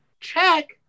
check